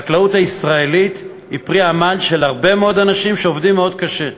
החקלאות הישראלית היא פרי עמל של הרבה מאוד אנשים שעובדים מאוד קשה,